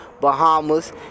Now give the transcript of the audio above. Bahamas